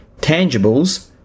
tangibles